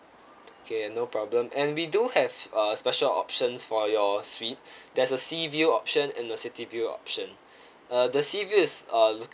K no problem and we do have uh special options for your suite there's a sea view option and the city view option uh the sea view is uh